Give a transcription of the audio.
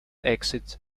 exit